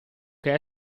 che